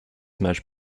managed